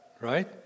right